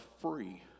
free